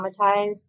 traumatized